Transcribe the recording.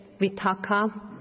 Vitaka